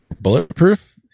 bulletproof